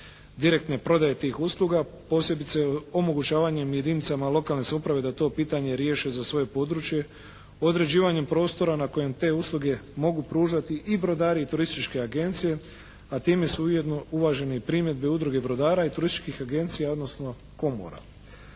direktne prodaje tih usluga posebice omogućavanjem jedinicama lokalne samouprave da to pitanje riješe za svoje područje. Određivanjem prostora na kojem te usluge mogu pružati i brodari i turističke agencije a time su ujedno uvažene i primjedbe Udruge brodara i turističkih agencija odnosno komora.